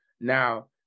Now